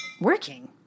working